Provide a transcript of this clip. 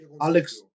Alex